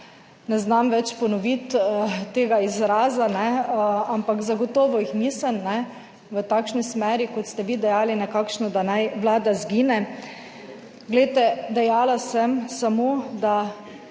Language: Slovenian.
ne znam več ponoviti tega izraza, ampak zagotovo jih nisem v takšni smeri, kot ste vi dejali, nekakšno, da naj Vlada izgine. Glejte, dejala sem samo, da